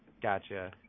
Gotcha